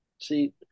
See